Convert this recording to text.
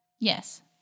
Yes